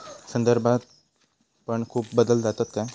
संदर्भदरात पण खूप बदल जातत काय?